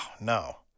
no